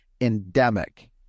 endemic